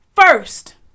first